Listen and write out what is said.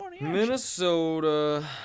Minnesota